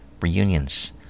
reunions